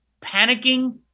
panicking